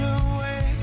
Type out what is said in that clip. away